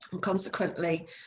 Consequently